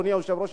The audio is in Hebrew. אדוני היושב-ראש,